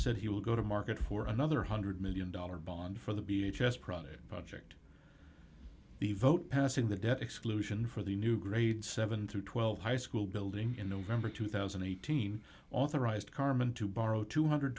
said he will go to market for another one hundred million dollars bond for the b h s private project the vote passing the debt exclusion for the new grades seven through twelve high school building in november two thousand and eighteen authorized carman to borrow two hundred and